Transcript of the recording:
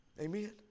Amen